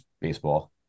baseball